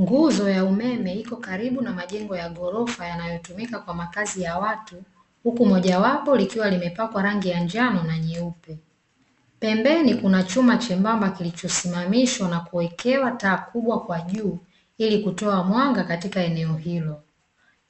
Nguzo ya umeme ikokaribu na majengo ya magorofa yanayo tumika kwa makazi ya watu huku moja wapo likiwa limepaka rangi ya njano na nyeupe, pembeni kuna chuma chembamba kilicho simamishwa na kuwekewa taa kubwa kwa juu ili kutoa mwanga kwenye eneo hilo.